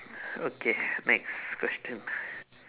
okay next question